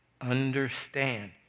understand